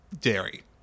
dairy